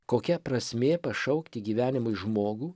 kokia prasmė pašaukti gyvenimui žmogų